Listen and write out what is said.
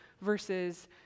versus